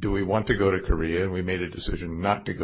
do we want to go to korea and we made a decision not to go